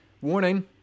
Warning